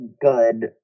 Good